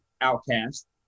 Outcast